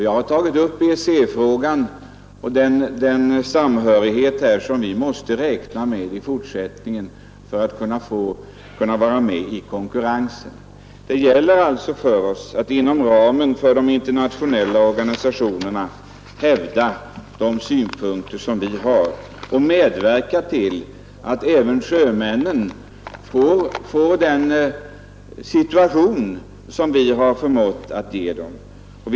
Jag har tagit upp EEC-frågan och den samhörighet här som vi måste räkna med i fortsättningen för att kunna vara med i konkurrensen. Det gäller alltså för oss att inom ramen för de internationella organisationerna hävda de synpunkter som vi har och medverka till att sjömännen över lag kommer i den situation som vi har förmått ge våra sjömän.